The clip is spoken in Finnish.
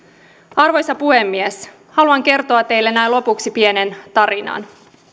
arvoisa puhemies haluan kertoa teille näin lopuksi pienen tarinan